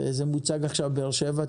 וזה מוצג עכשיו בבאר שבע.